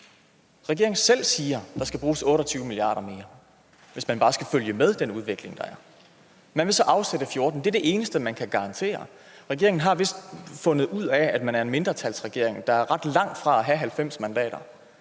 Regeringen siger selv, at der skal bruges 28 mia. kr. mere, hvis man bare skal følge med den udvikling, der er. Man vil så afsætte 14 mia. kr., og det er det eneste, man kan garantere. Regeringen har vist fundet ud af, at man er en mindretalsregering, der er ret langt fra at have 90 mandater,